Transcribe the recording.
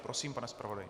Prosím, pane zpravodaji.